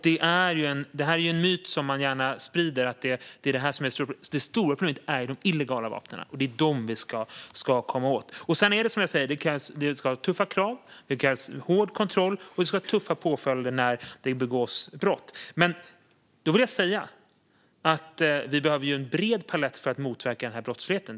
Det är dock en myt man gärna sprider, alltså att detta skulle vara det stora problemet. Men det stora problemet är de illegala vapnen, och det är dem vi ska komma åt. Sedan är det som jag säger: Det ska vara tuffa krav, det krävs en hård kontroll och vi ska ha tuffa påföljder när det begås brott. Men då vill jag säga att vi behöver en bred palett för att motverka den här brottsligheten.